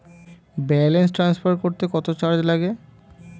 Balance transfer করতে কত charge লাগে?